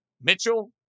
Mitchell